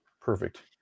perfect